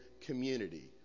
community